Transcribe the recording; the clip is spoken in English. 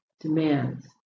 demands